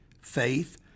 faith